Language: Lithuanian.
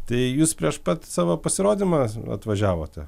tai jus prieš pat savo pasirodymą atvažiavote